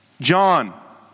John